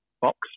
box